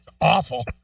awful